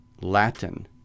Latin